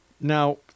Now